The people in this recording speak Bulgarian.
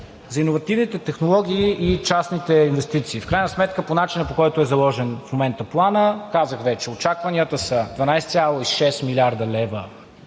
За иновативните технологии и частните инвестиции. В крайна сметка по начина, по който е заложен в момента Планът, казах вече, че очакванията са за 12,6 млрд. лв.